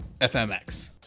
FMX